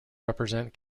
represent